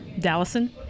Dallison